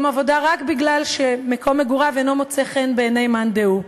עבודה רק מכיוון שמקום מגוריו אינו מוצא חן בעיני מאן דהוא.